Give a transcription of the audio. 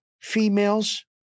females